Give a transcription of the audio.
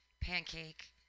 Pancake